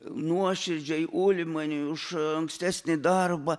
nuoširdžiai ulmaniui už ankstesnį darbą